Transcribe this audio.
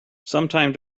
sometime